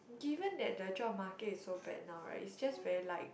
given that the job market is so bad now right it's just very like